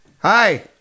Hi